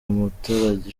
muturage